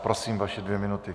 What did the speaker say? Prosím, vaše dvě minuty.